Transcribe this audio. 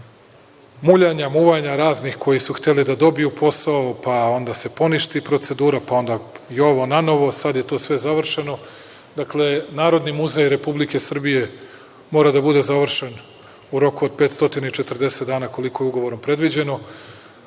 muljanja, muvanja raznih koji su hteli da dobiju posao, pa onda se poništi procedura, pa onda jovo-nanovo. Sada je to sve završeno. Narodni muzej Republike Srbije mora da bude završen u roku od 540 dana, koliko je ugovorom predviđeno,